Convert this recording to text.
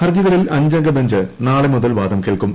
ഹർജികളിൽ അഞ്ചംഗ ബഞ്ച് നാളെ മുതൽ വാദം കേൾക്കും